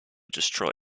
destroy